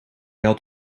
had